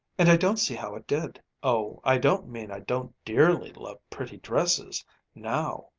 and i don't see how it did. oh, i don't mean i don't dearly love pretty dresses now.